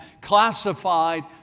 classified